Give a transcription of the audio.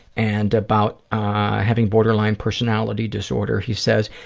and about having borderline personality disorder. he says,